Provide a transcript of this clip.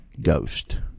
Ghost